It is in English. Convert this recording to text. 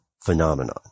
phenomenon